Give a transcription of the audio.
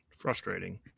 frustrating